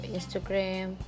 Instagram